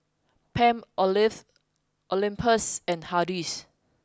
Palmolive Olympus and Hardy's